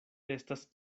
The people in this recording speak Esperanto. estas